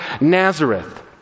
Nazareth